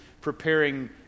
preparing